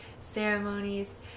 ceremonies